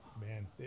man